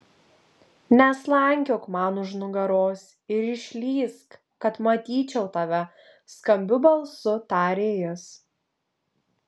neslankiok man už nugaros ir išlįsk kad matyčiau tave skambiu balsu tarė jis